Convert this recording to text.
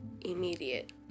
immediate